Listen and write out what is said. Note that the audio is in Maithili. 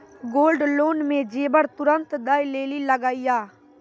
गोल्ड लोन मे जेबर तुरंत दै लेली लागेया?